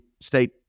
state